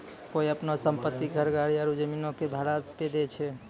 कोय अपनो सम्पति, घर, गाड़ी आरु जमीनो के भाड़ा पे दै छै?